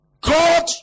God